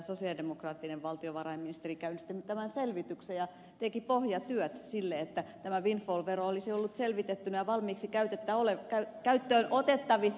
sosialidemokraattinen valtiovarainministeri käynnisti tämän selvityksen ja teki pohjatyöt siinä että tämä windfall vero olisi ollut selvitettynä ja valmiiksi käyttöön otettavissa